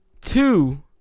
Two